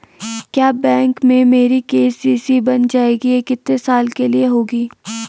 क्या बैंक में मेरी के.सी.सी बन जाएगी ये कितने साल के लिए होगी?